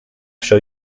show